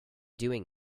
doing